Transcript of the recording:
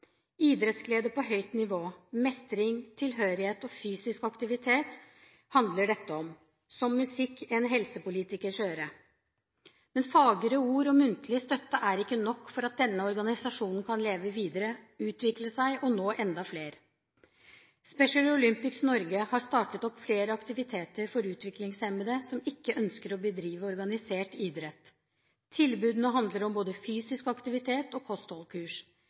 idrettsglede på nøyt nivå – mestring, tilhørighet og fysisk aktivitet. Det lyder som musikk i en helsepolitikers øre. Men fagre ord og muntlig støtte er ikke nok for at denne organisasjonen kan leve videre, utvikle seg og nå enda flere. Special Olympics Norge har startet opp flere aktiviteter for utviklingshemmede som ikke ønsker å bedrive organisert idrett. Tilbudene handler om både fysisk aktivitet og